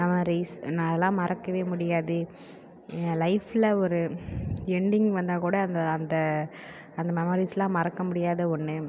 ice நான் அதெல்லாம் மறக்க முடியாது என் லைஃப்பில் ஒரு எண்டிங் வந்தால் கூட அந்த அந்த அந்த மெமரிஸ்லாம் மறக்க முடியாத ஒன்று